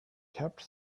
kept